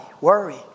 worry